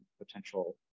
potential